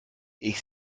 ich